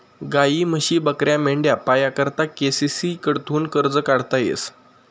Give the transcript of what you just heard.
गायी, म्हशी, बकऱ्या, मेंढ्या पाया करता के.सी.सी कडथून कर्ज काढता येस